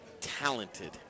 talented